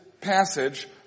passage